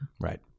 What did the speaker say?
right